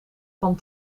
van